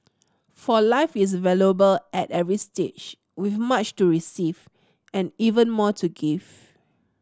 for life is valuable at every stage with much to receive and even more to give